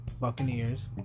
Buccaneers